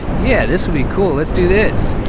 yeah, this will be cool. let's do this.